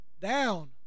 down